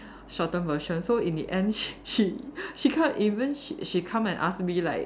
shorten version so in the end she she she co~ even she she come and ask me like